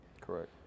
Correct